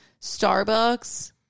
Starbucks